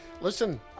listen